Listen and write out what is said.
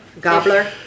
gobbler